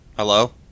Hello